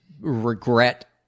regret